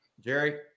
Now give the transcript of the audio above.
Jerry